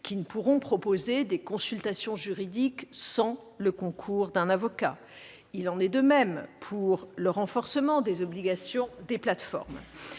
qui ne pourront pas proposer des consultations juridiques sans le concours d'un avocat. Il en est de même pour le renforcement des obligations imposées aux plateformes.